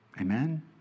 Amen